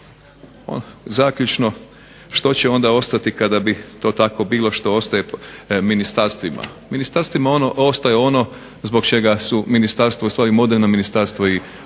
Zaključno, što će onda ostati kada bi to tako bilo, što ostaje ministarstvima? Ministarstvima ostaje ono zbog čega su ministarstva ustvari moderna ministarstva se